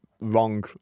wrong